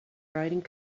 writing